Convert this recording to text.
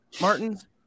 Martin's